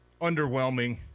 underwhelming